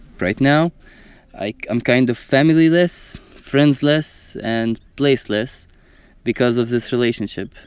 right now i'm kind of family-less, friends-less and place-less because of this relationship